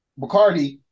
Bacardi